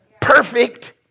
perfect